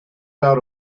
out